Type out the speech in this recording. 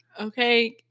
Okay